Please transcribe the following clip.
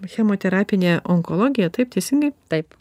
chemoterapinė onkologija taip teisingai taip